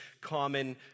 common